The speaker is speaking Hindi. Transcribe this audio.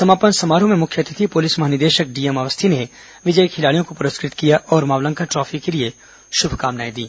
समापन समारोह में मुख्य अतिथि पुलिस महानिदेशक डीएम अवस्थी ने विजयी खिलाड़ियों को पुरस्कृत किया और मावलंकर ट्रॉफी के लिए शुभकामनाएं दी